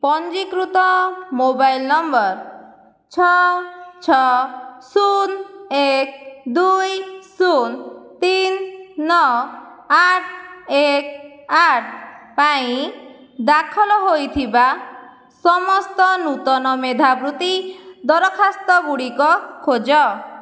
ପଞ୍ଜୀକୃତ mobile number ଛଅ ଛଅ ଶୂନ ଏକ ଦୁଇ ଶୂନ ତିନି ନଅ ଆଠ ଏକ ଆଠ ପାଇଁ ଦାଖଲ ହୋଇଥିବା ସମସ୍ତ ନୂତନ ମେଧାବୃତ୍ତି ଦରଖାସ୍ତ ଗୁଡ଼ିକ ଖୋଜ